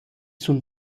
sun